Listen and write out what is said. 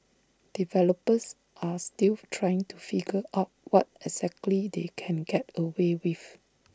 developers are still trying to figure out what exactly they can get away with